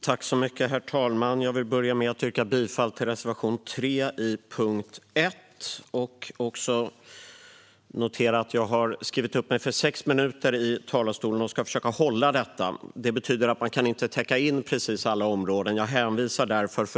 Herr talman! Jag vill börja med att yrka bifall till reservation 3 under punkt 1. Jag har skrivit upp mig för sex minuter i talarstolen och ska försöka hålla detta. Det betyder att jag inte kan täcka in precis alla områden.